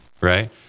Right